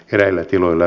eräillä tiloilla